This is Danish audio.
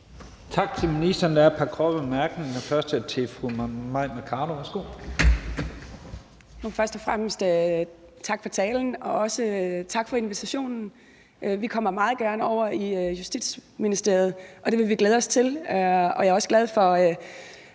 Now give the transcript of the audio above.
det fru Mai Mercado. Værsgo. Kl. 10:07 Mai Mercado (KF): Først og fremmest tak for talen, og også tak for invitationen. Vi kommer meget gerne over i Justitsministeriet, og det vil vi glæde os til.